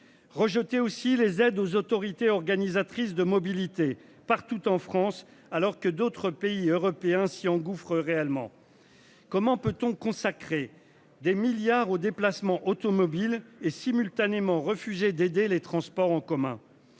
Rejeter aussi les aides aux autorités organisatrices de mobilité partout en France, alors que d'autres pays européens s'y engouffre réellement. Comment peut-on consacrer des milliards aux déplacements automobiles et simultanément refusé d'aider les transports en commun.